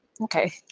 Okay